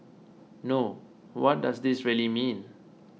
no what does this really mean